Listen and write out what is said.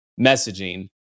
messaging